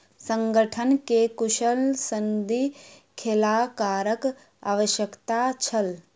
संगठन के कुशल सनदी लेखाकारक आवश्यकता छल